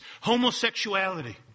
Homosexuality